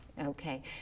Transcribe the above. Okay